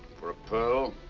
for a pearl.